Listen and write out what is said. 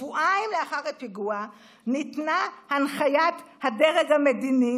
שבועיים לאחר הפיגוע ניתנה הנחיית הדרג המדיני,